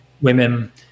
Women